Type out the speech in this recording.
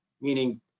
meaning